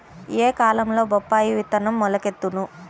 ఏ కాలంలో బొప్పాయి విత్తనం మొలకెత్తును?